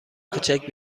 کوچک